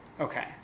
Okay